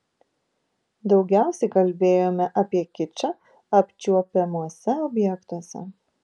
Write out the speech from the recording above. daugiausiai kalbėjome apie kičą apčiuopiamuose objektuose